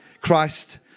Christ